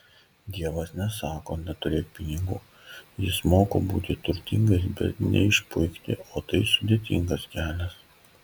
dievas nesako neturėk pinigų jis moko būti turtingais bet neišpuikti o tai sudėtingas kelias